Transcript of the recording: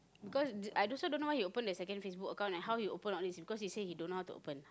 because I also don't know why he open the second Facebook account and how he open all this because he say he don't know how to open